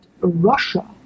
Russia